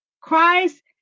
Christ